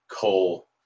Cole